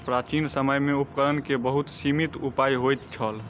प्राचीन समय में उपकरण के बहुत सीमित उपाय होइत छल